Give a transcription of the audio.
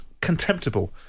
contemptible